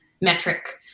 metric